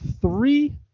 three